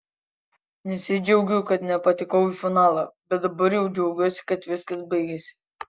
nesidžiaugiu kad nepatekau į finalą bet dabar jau džiaugiuosi kad viskas baigėsi